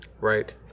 Right